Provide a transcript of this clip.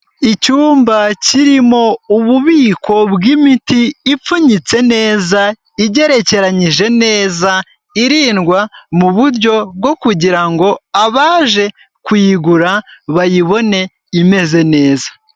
Icyumba kirimo ububiko bw'imiti, ipfunyitse neza, igerekeranyije neza. Irindwa mu buryo bwo kugira ngo abaje kuyigura bayibone imeze neza.